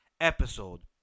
episode